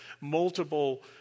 multiple